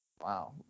Wow